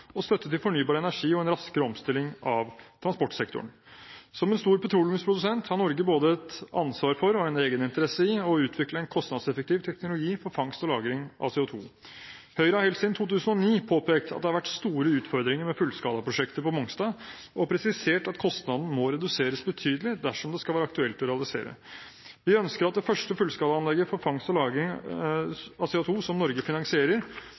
støtte til fornybar energi og en raskere omstilling av transportsektoren. Som en stor petroleumsprodusent har Norge både et ansvar for og en egeninteresse i å utvikle en kostnadseffektiv teknologi for fangst og lagring av CO2. Høyre har helt siden 2009 påpekt at det har vært store utfordringer med fullskalaprosjektet på Mongstad og har presisert at kostnadene må reduseres betydelig dersom det skal være aktuelt å realisere. Vi ønsker at det første fullskalaanlegget for fangst og lagring av CO2 som Norge finansierer,